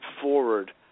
forward